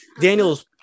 Daniel's